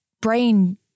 brain